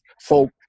folk